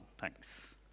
thanks